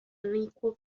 unequal